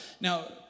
now